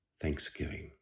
Thanksgiving